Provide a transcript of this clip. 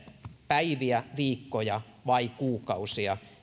päiviä viikkoja vai kuukausia